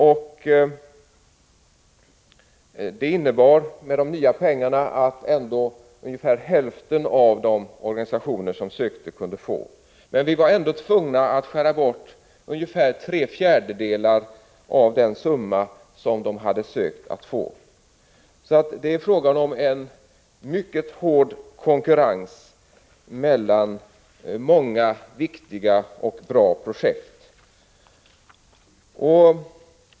Med de nya pengarna innebar det att ungefär hälften av de organisationer som sökte medel kunde få det. Vi var ändå tvungna att skära bort ungefär tre fjärdedelar av den summa som de hade sökt. Det är alltså fråga om en mycket hård konkurrens mellan många viktiga och bra projekt.